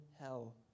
hell